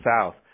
south